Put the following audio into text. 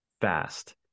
fast